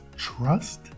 Trust